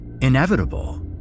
inevitable